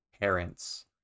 parents